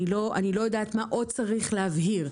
אני לא יודעת מה עוד צריך להבהיר.